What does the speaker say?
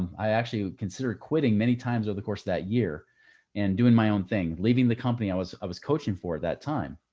i actually considered quitting many times over the course of that year and doing my own thing, leaving the company. i was i was coaching for that time,